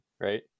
right